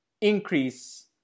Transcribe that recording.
increase